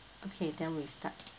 okay then we start